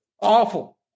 Awful